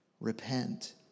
Repent